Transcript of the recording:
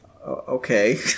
Okay